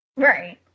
Right